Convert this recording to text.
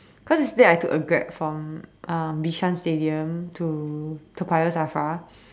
cause yesterday I took a Grab from uh Bishan stadium to Toa-Payoh SAFRA